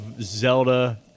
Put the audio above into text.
Zelda